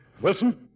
Wilson